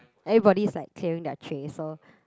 everybody is like clearing their tray so